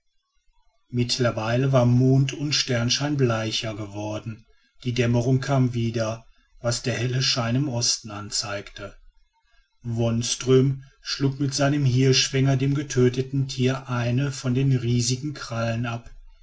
mittlerweile war mond und sternschein bleicher geworden die dämmerung kam wieder was der helle schein im osten anzeigte wonström schlug mit seinem hirschfänger dem getöteten tiere eine von den riesigen krallen ab